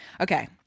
okay